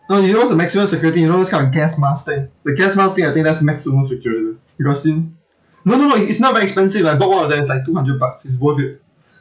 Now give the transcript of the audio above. no you know what's the maximum security you know those kind of gas mask thing the gas mask thing I think that's maximum security you got seen no no no i~ it's not very expensive I bought one of them is like two hundred bucks it's worth it